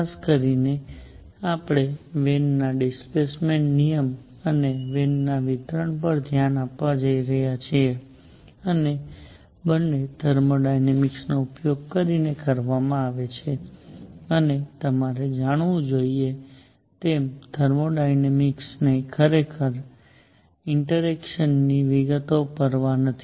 ખાસ કરીને આપણે વેનના ડિસપ્લેસમેન્ટ નિયમ અને વેનના વિતરણ પર ધ્યાન આપવા જઈ રહ્યા છીએ અને બંને થર્મોડાયનેમિક્સનો ઉપયોગ કરીને કરવામાં આવે છે અને તમારે જાણવું જોઈએ તેમ થર્મોડાયનેમિક ને ખરેખર ઇન્ટરેક્સનની વિગતોની પરવા નથી